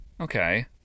Okay